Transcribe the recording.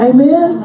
Amen